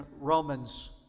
romans